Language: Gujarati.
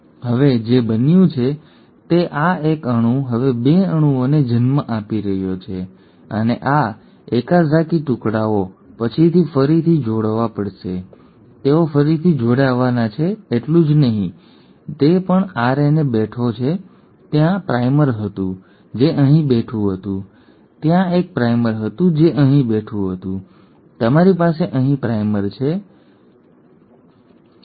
હવે જે બન્યું તે આ એક અણુ હવે 2 અણુઓને જન્મ આપી રહ્યો છે અને આ ઓકાઝાકી ટુકડાઓ પછીથી ફરીથી જોડાવા પડશે તેઓ ફરીથી જોડાવાના છે એટલું જ નહીં જે પણ આરએનએ બેઠો હતો ત્યાં પ્રાઇમર હતું જે અહીં બેઠું હતું ત્યાં એક પ્રાઇમર હતું જે અહીં બેઠું હતું તમારી પાસે અહીં પ્રાઇમર છે અહીં પ્રાઇમર છે પ્રાઇમર અહીં પ્રાઇમર છે